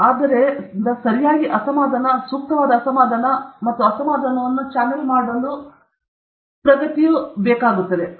ಆದ್ದರಿಂದ ಸರಿಯಾಗಿ ಅಸಮಾಧಾನ ಸೂಕ್ತವಾದ ಅಸಮಾಧಾನ ಮತ್ತು ಈ ಅಸಮಾಧಾನವನ್ನು ಚಾನೆಲ್ ಮಾಡುವ ಪ್ರಗತಿಯು ಅತ್ಯುತ್ತಮವಾದದ್ದು